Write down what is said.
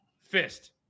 fist